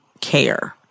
care